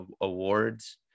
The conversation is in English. awards